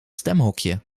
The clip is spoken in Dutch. stemhokje